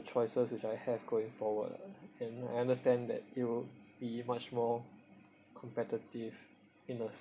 choices which I have going forward ah and I understand that it'll be much more competitive in a